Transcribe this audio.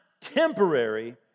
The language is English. temporary